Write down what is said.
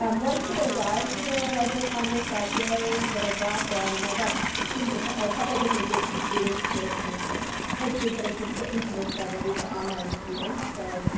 um once we arrive to the library of congress that day that i brought them and i brought students a couple different groups of students to kind of hopefully get it to fit into their schedule, these are online students. so,